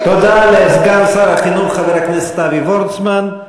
תודה לסגן שר החינוך חבר הכנסת אבי וורצמן.